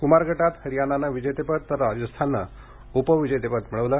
कुमार गटात हरयाणाने विजेतेपद तर राजस्थानने उपविजेतेपद मिळविले